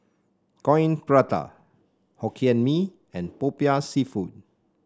Coin Prata Hokkien Mee and Popiah seafood